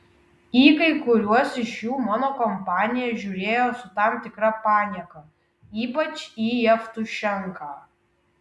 į kai kuriuos iš jų mano kompanija žiūrėjo su tam tikra panieka ypač į jevtušenką